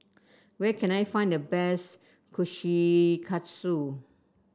where can I find the best Kushikatsu